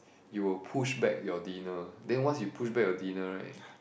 you will push back your dinner then once you push back your dinner right